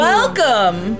Welcome